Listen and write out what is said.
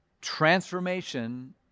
transformation